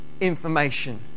information